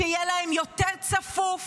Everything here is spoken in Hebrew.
יהיה להם יותר צפוף,